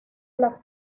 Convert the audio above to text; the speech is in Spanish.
las